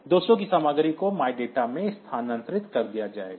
200 की सामग्री को MyData में स्थानांतरित कर दिया जाएगा